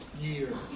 year